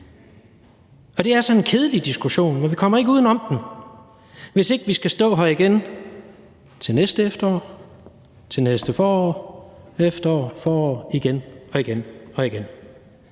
Og det er sådan en kedelig diskussion, men vi kommer ikke uden om den, hvis vi ikke skal stå her igen til næste efterår, til næste forår, næste efterår, næste forår – igen og igen.